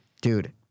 Dude